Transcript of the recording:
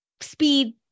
speed